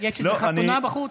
יש חתונה בחוץ?